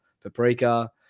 paprika